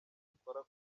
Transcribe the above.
ukora